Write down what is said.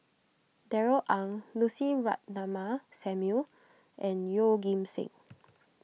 Darrell Ang Lucy Ratnammah Samuel and Yeoh Ghim Seng